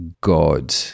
god